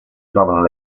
trovano